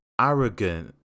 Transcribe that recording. arrogant